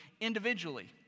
individually